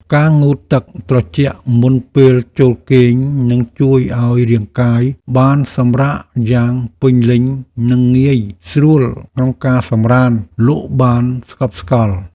ការងូតទឹកត្រជាក់មុនពេលចូលគេងនឹងជួយឱ្យរាងកាយបានសម្រាកយ៉ាងពេញលេញនិងងាយស្រួលក្នុងការសម្រាន្តលក់បានស្កប់ស្កល់។